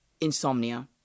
insomnia